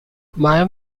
mayan